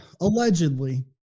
allegedly